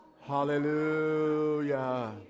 Hallelujah